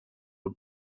had